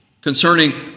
concerning